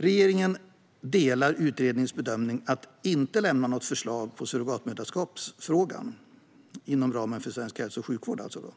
Regeringen delar utredningens bedömning att något förslag gällande surrogatmoderskap inom ramen för svensk hälso och sjukvård inte bör läggas fram.